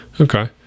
okay